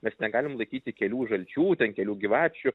mes negalim laikyti kelių žalčių ten kelių gyvačių